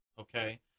okay